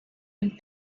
and